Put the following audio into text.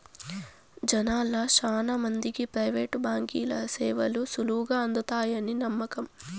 జనాల్ల శానా మందికి ప్రైవేటు బాంకీల సేవలు సులువుగా అందతాయని నమ్మకం